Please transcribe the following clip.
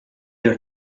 your